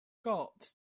cops